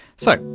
so,